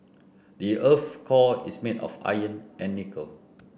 the earth's core is made of iron and nickel